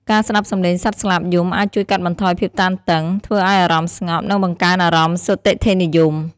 ការស្តាប់សំឡេងសត្វស្លាបយំអាចជួយកាត់បន្ថយភាពតានតឹង ធ្វើឱ្យអារម្មណ៍ស្ងប់ និងបង្កើនអារម្មណ៍សុទិដ្ឋិនិយម។